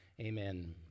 amen